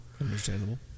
Understandable